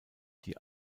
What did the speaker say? die